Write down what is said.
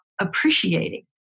appreciating